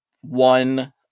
one